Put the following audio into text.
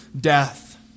death